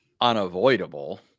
unavoidable